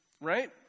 Right